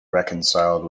reconciled